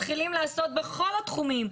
מתחילים לעשות בכל התחומים,